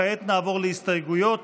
כעת נעבור להסתייגויות